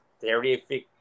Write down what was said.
terrific